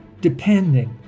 depending